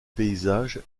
paysages